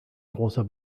großer